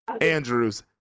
Andrews